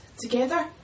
together